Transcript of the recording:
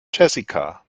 jessica